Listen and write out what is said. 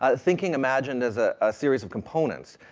ah thinking imagined as a series of components,